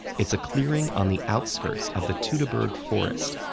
it's a clearing on the outskirts of the teutoburg forest,